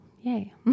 Yay